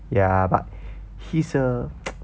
ya but he's a